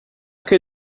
che